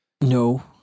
No